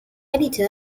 editor